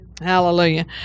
Hallelujah